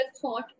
thought